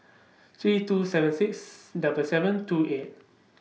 three two seven six double seven two eight